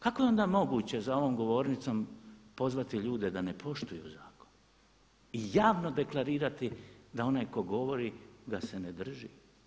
Kako je onda moguće za ovom govornicom pozvati ljude da ne poštuju zakon i javno deklarirati da onaj tko govori da se ne drži.